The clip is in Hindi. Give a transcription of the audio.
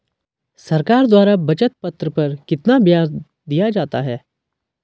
सरकार द्वारा बचत पत्र पर कितना ब्याज दिया जाता है?